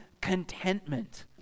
contentment